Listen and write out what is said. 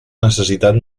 necessitat